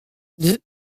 deux